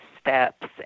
steps